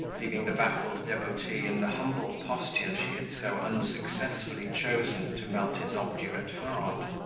leaving the baffled devotee in the humble posture she had so unsuccessfully chosen to melt his obdurate heart.